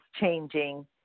changing